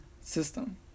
system